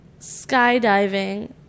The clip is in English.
skydiving